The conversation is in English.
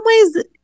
ways